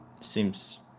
seems